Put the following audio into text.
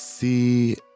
see